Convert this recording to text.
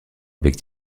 avec